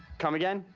come again?